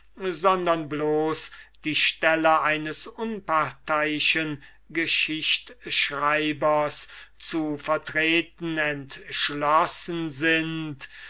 sondern bloß die stelle eines unparteiischen geschichtschreibers zu vertreten entschlossen sind